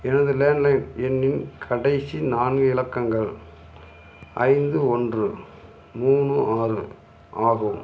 எனது landline எண்ணின் கடைசி நான்கு இலக்கங்கள் ஐந்து ஒன்று மூணு ஆறு ஆகும்